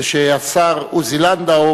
ושהשר עוזי לנדאו,